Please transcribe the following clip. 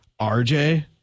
RJ